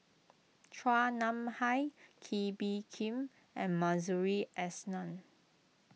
Chua Nam Hai Kee Bee Khim and Masuri S Nann